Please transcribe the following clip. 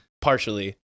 partially